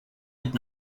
had